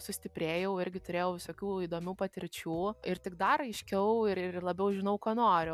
sustiprėjau irgi turėjau visokių įdomių patirčių ir tik dar aiškiau ir ir labiau žinau ko noriu